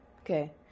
okay